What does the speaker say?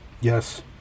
Yes